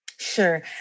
Sure